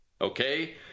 Okay